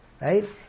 right